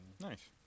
Nice